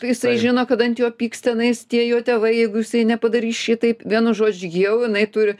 jisai žino kad ant jo pyks tenais tie jo tėva jeigu jisai nepadarys šitaip vienu žodžiu jau jinai turi